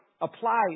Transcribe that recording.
Apply